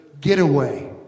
getaway